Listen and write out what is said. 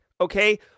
okay